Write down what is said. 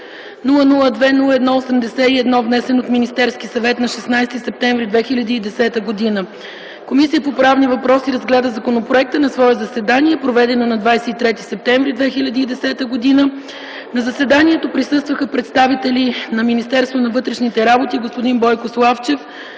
002-01-81, внесен от Министерския съвет на 16 септември 2010 г. Комисията по правни въпроси разгледа законопроекта на свое заседание, проведено на 23 септември 2010 г. На заседанието присъстваха представители на Министерството на вътрешните работи: г-н Бойко Славчев